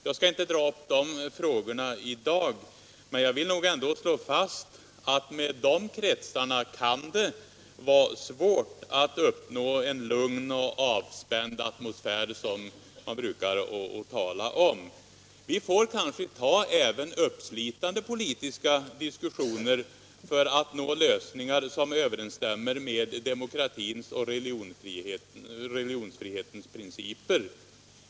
Jag skall inte ta upp de frågorna i dag, men jag vill ändå slå fast att med de kretsarna kan det vara svårt att uppnå en lugn och avspänd atmosfär, som man brukar tala om. Vi får kanske ta även uppslitande politiska diskussioner för att nå lösningar som överensstämmer med demokratins och religionsfrihetens principer.